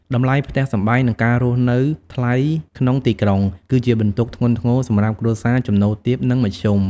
តម្លៃផ្ទះសម្បែង និងការរស់នៅថ្លៃក្នុងទីក្រុង គឺជាបន្ទុកធ្ងន់ធ្ងរសម្រាប់គ្រួសារចំណូលទាប និងមធ្យម។